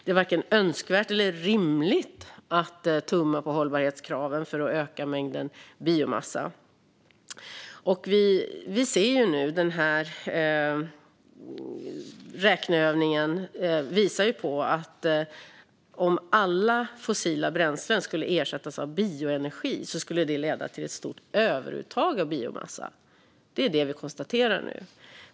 Det är varken önskvärt eller rimligt att tumma på hållbarhetskraven för att öka mängden biomassa. Vi konstaterar nu att om alla fossila bränslen skulle ersättas av bioenergi skulle det leda till ett stort överuttag av biomassa.